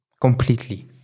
completely